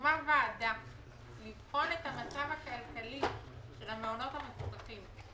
הוקמה ועדה לבחון את המצב הכלכלי של המעונות המפוקחים.